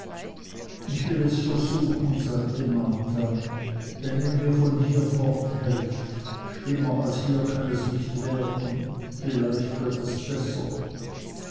ich will es versuchen sagte marta wenn ihr mir von hier fort helft schlimmer als hier kann es nicht werden vielleicht wird es besser